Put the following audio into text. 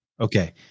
Okay